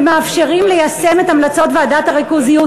ומאפשרים ליישם את המלצות ועדת הריכוזיות